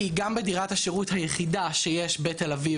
כי גם בדירת השירות היחידה שיש בתל אביב